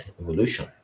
evolution